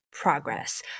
progress